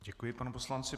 Děkuji panu poslanci.